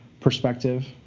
perspective